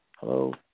Hello